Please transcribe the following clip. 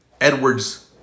Edwards